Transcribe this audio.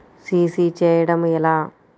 CC చేయడము ఎలా?